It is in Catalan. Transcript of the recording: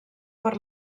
per